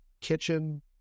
kitchen